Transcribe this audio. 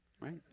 right